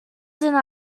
deny